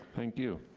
thank you.